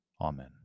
Amen